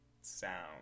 sound